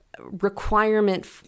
requirement